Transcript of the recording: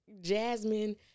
Jasmine